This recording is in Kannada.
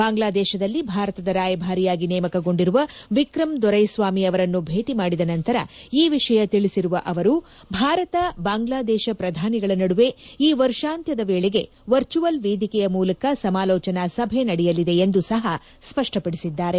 ಬಾಂಗ್ಲಾದೇಶದಲ್ಲಿ ಭಾರತದ ರಾಯಭಾರಿಯಾಗಿ ನೇಮಕಗೊಂಡಿರುವ ವಿಕ್ರಮ ದೊರೈಸ್ವಾಯಿ ಅವರನ್ನು ಭೇಟಿಮಾಡಿದ ನಂತರ ಈ ವಿಷಯ ತಿಳಿಸಿರುವ ಅವರು ಭಾರತ ಬಾಂಗ್ಲಾದೇಶ ಪ್ರಧಾನಿಗಳ ನಡುವೆ ಈ ವರ್ಷಾಂತ್ಯದ ವೇಳೆಗೆ ವರ್ಚುವಲ್ ವೇದಿಕೆಯ ಮೂಲಕ ಸಮಾಲೋಚನಾ ಸಭೆ ನಡೆಯಲಿದೆ ಎಂದು ಸಹ ಅವರು ಸ್ನಷ್ಪಪದಿಸಿದ್ದಾರೆ